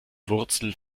wurzel